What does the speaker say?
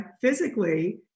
Physically